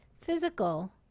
Physical